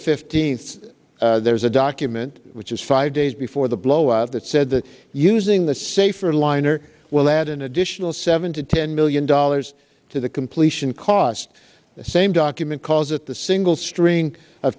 fifteenth there's a document which is five days before the blowout that said that using the safer liner will add an additional seven to ten million dollars to the completion cost the same document calls it the single string of